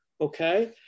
okay